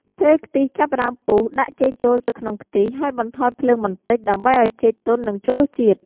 ពេលខ្ទិះចាប់ផ្ដើមពុះ ដាក់ចេកចូលទៅក្នុងខ្ទិះ ហើយបន្ថយភ្លើងបន្តិច ដើម្បីឱ្យចេកទន់និងចូលជាតិ។